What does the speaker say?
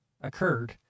occurred